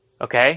Okay